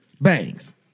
Bangs